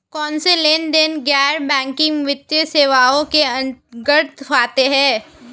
कौनसे लेनदेन गैर बैंकिंग वित्तीय सेवाओं के अंतर्गत आते हैं?